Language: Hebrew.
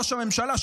ראש הממשלה,